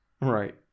Right